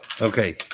Okay